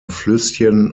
flüsschen